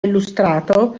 illustrato